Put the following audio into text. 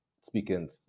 speaking